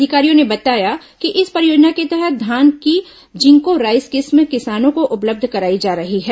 अधिकारियों ने बताया कि इस परियोजना के तहत धान की जिंको राइस किस्म किसानों को उपलब्ध कराई जा रही है